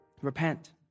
Repent